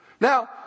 Now